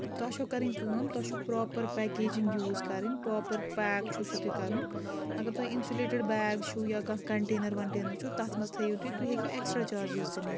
تۄہہِ چھو کَرٕنۍ کٲم تۄہہِ چھُو پرٛاپَر پیکیجِنٛگ یوٗز کَرٕنۍ پرٛاپر پیک چھُو سُہ تہِ کَرُن اگر تۄہہ اِنسولیٹِڈ بیگ چھُو یا کانٛہہ کَنٹینَر وَنٹینر چھُو تَتھ منٛز تٲیِو تُہۍ تُہۍ ہیٚکِو ایٚکٕسٹرٛا چارجِز تہِ نِتھ